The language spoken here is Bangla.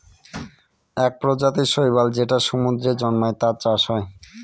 এক প্রজাতির শৈবাল যেটা সমুদ্রে জন্মায়, তার চাষ হয়